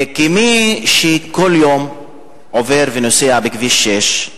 כמי שכל יום עובר ונוסע בכביש 6,